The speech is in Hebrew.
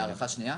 להארכה שנייה,